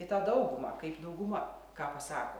į tą daugumą kaip dauguma ką pasako